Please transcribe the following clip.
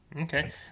okay